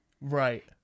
Right